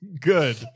Good